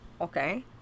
okay